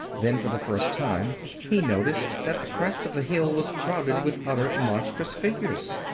then, for the first time he noticed that the crest of the hill was crowded with other monstrous figures.